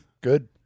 Good